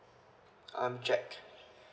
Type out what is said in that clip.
I'm jack